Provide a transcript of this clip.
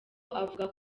avuga